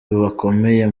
bakomeye